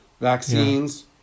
vaccines